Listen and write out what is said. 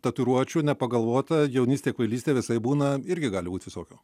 tatuiruočių nepagalvota jaunystė kvailystė visaip būna irgi gali būt visokių